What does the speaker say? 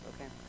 Okay